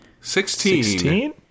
Sixteen